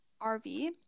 RV